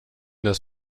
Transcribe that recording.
dass